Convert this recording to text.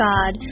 God